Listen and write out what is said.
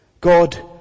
God